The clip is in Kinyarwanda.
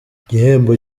igihembo